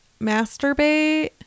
masturbate